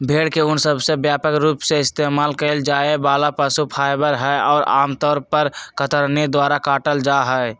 भेड़ के ऊन सबसे व्यापक रूप से इस्तेमाल कइल जाये वाला पशु फाइबर हई, और आमतौर पर कतरनी द्वारा काटल जाहई